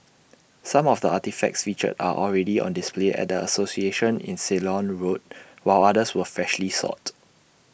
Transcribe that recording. some of the artefacts featured are already on display at the association in Ceylon road while others were freshly sought